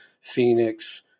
Phoenix